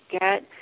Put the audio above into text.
get